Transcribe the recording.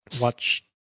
watch